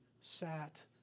sat